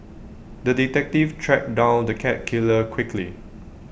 the detective tracked down the cat killer quickly